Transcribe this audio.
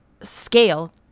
scale